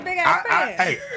Hey